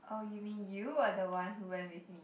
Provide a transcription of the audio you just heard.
oh you mean you were the one who went with me